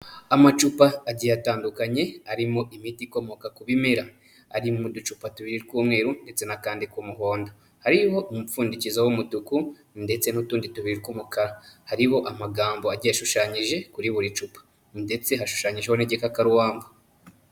Amacupa agiye atandukanye arimo imiti ikomoka ku bimera. Ari mu ducupa tubiri tw'umweru ndetse n'akandi k'umuhondo. Hariho umupfundikizo w'umutuku ndetse n'utundi tubiri tw'umukara. Hariho amagambo agiye ashushanyije kuri buri cupa. Ndetse hashushanyijeho n'igikakarubamba.